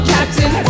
Captain